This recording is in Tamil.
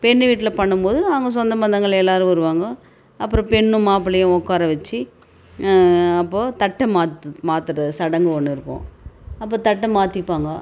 பெண் வீட்டில் பண்ணும்போது அவங்க சொந்த பந்தங்கள் எல்லோரும் வருவாங்க அப்புறம் பொண்ணும் மாப்பிள்ளையையும் உக்கார வைச்சி அப்போது தட்டை மாத்து மாத்துகிற சடங்கு ஒன்று இருக்கும் அப்போது தட்டை மாற்றிப்பாங்க